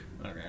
Okay